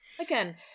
Again